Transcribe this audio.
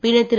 பின்னர் திரு